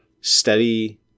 steady